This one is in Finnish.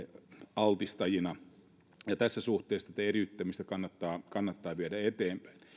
altistajina tässä suhteessa tätä eriyttämistä kannattaa kannattaa viedä eteenpäin